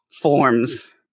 forms